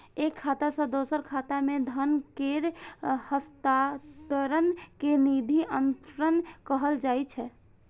एक खाता सं दोसर खाता मे धन केर हस्तांतरण कें निधि अंतरण कहल जाइ छै